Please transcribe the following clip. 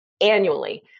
annually